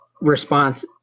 response